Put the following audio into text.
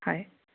হয়